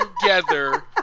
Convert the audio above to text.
together